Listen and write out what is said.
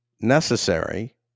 necessary